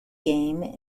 game